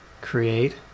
create